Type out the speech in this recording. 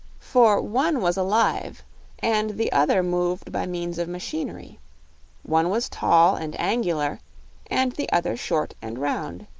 for one was alive and the other moved by means of machinery one was tall and angular and the other short and round.